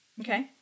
Okay